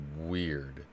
weird